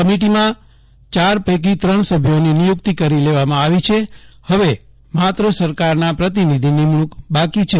કમિટીમાં ચાર પૈકી ત્રણ સભ્યોની નિયુકિત કરી લેવામાં આવી છે હવે માત્ર સરકારના પ્રતિનિધિની નિમણુક બાકી છે